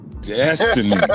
Destiny